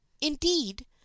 indeed